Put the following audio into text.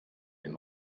den